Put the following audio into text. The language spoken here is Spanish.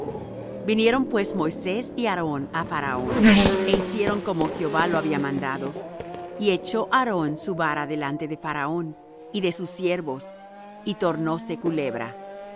vinieron pues moisés y aarón á faraón é hicieron como jehová lo había mandado y echó aarón su vara delante de faraón y de sus siervos y tornóse culebra